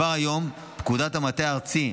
כבר היום פקודת המטה הארצי,